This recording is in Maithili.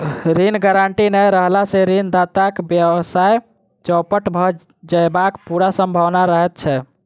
ऋण गारंटी नै रहला सॅ ऋणदाताक व्यवसाय चौपट भ जयबाक पूरा सम्भावना रहैत छै